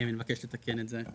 אני מבקש לתקן את זה.